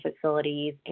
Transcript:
facilities